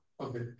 Okay